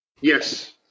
Yes